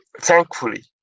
thankfully